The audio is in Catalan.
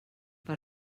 per